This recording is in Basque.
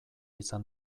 izan